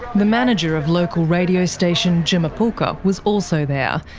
the manager of local radio station tjuma pulka, was also there.